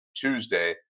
Tuesday